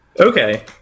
Okay